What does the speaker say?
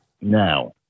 Now